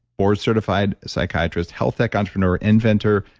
board-certified psychiatrist, health tech entrepreneur, inventor,